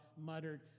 muttered